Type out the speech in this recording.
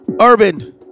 Urban